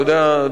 אתה יודע,